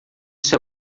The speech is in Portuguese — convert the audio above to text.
isso